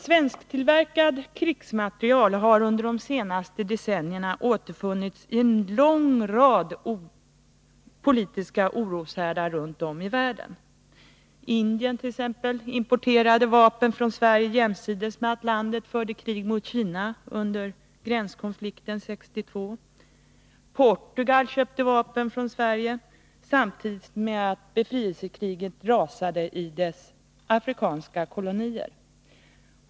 Svensktillverkad krigsmateriel har under de senaste decennierna återfunnits i en lång rad politiska oroshärdar runt om i världen. Exempelvis Indien importerade vapen från Sverige jämsides med att landet förde krig mot Kina under gränskonflikten 1962. Portugal köpte vapen från oss samtidigt med att befrielsekrigen rasade i dess afrikanska kolonier.